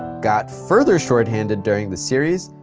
got further shorthanded during the series,